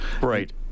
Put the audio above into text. Right